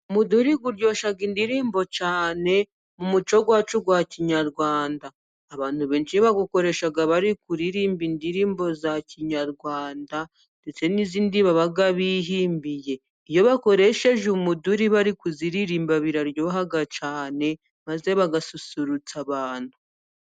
Umuduri uryoshya indirimbo cyane mu muco wacu wa kinyarwanda. Abantu benshi bawukoresha bari kuririmba indirimbo za kinyarwanda, ndetse n'izindi baba bihimbiye. Iyo bakoresheje umuduri bari kuziririmba, biraryoha cyane, maze bagasusurutsa abantu.